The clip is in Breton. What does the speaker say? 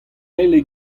eil